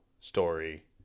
story